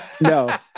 No